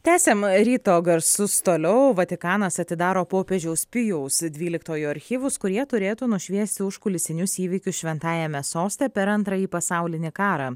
tęsiam ryto garsus toliau vatikanas atidaro popiežiaus pijaus dvyliktojo archyvus kurie turėtų nušviesti užkulisinius įvykius šventajame soste per antrąjį pasaulinį karą